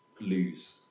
lose